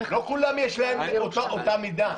לא לכולם יש אותה מידה.